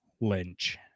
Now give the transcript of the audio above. Lynch